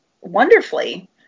wonderfully